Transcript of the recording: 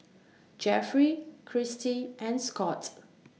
Jeffery Kristie and Scot